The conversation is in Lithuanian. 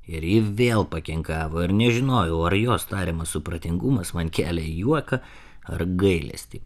ir ji vėl pakinkavo ir nežinojau ar jos tariamas supratingumas man kelia juoką ar gailestį